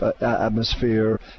atmosphere